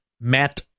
Matt